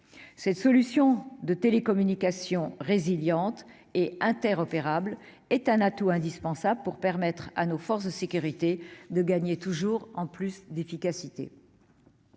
Cette solution de télécommunication résiliente et interopérable est un atout indispensable pour permettre à nos forces de sécurité de gagner en efficacité.